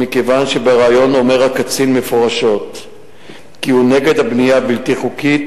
מכיוון שבריאיון אומר הקצין מפורשות כי הוא נגד הבנייה הבלתי-חוקית,